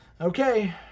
okay